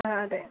ആ അതെ